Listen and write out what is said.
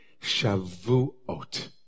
Shavuot